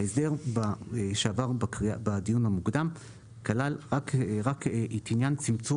הסדר שעבר בדיון הקודם כלל רק את עניין צמצום